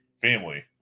family